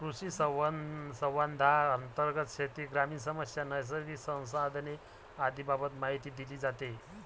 कृषिसंवादांतर्गत शेती, ग्रामीण समस्या, नैसर्गिक संसाधने आदींबाबत माहिती दिली जाते